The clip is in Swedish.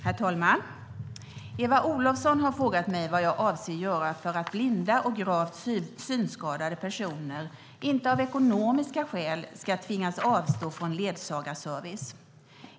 Herr talman! Eva Olofsson har frågat mig vad jag avser att göra för att blinda och gravt synskadade personer inte av ekonomiska skäl ska tvingas avstå från ledsagarservice.